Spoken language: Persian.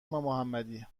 محمدی